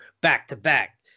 back-to-back